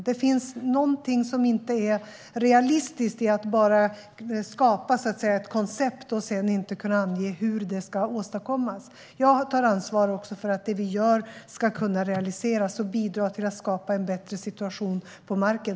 Det finns någonting som inte är realistiskt i att bara skapa ett koncept och sedan inte kunna ange hur det ska åstadkommas. Jag tar ansvar också för att det vi gör ska kunna realiseras och bidra till att skapa en bättre situation på marken.